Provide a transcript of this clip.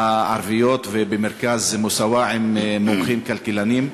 הערביות במרכז "מוסאוא" עם מומחים כלכלנים,